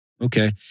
Okay